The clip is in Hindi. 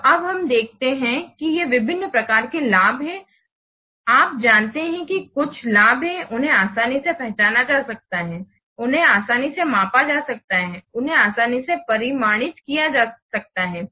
तो अब हम देखते हैं कि ये विभिन्न प्रकार के लाभ हैं आप जानते हैं कि कुछ लाभ उन्हें आसानी से पहचाना जा सकता है उन्हें आसानी से मापा जा सकता है उन्हें आसानी से परिमाणित किया जा सकता है